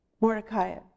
Mordecai